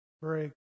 break